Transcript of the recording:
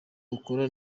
ukora